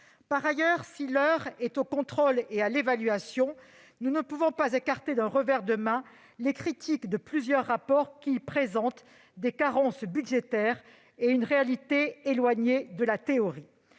Par ailleurs, si l'heure est au contrôle et à l'évaluation, nous ne pouvons pas écarter d'un revers de main les critiques de plusieurs rapports, qui soulignent des carences budgétaires et une réalité éloignée de la théorie.